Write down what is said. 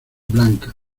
blanca